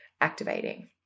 activating